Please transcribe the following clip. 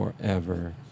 forever